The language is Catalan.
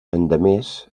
endemés